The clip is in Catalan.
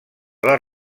les